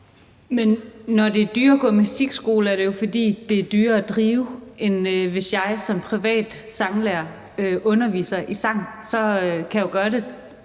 Men når det er dyrere at gå i musikskole, er det jo, fordi det er dyrere at drive, end hvis jeg som privat sanglærer underviser i sang. Så kan jeg jo gøre det